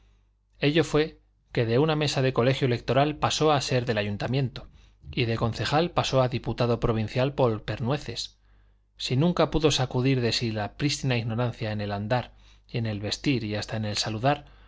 ello fue que de una mesa de colegio electoral pasó a ser del ayuntamiento y de concejal pasó a diputado provincial por pernueces si nunca pudo sacudir de sí la prístina ignorancia en el andar y en el vestir y hasta en el saludar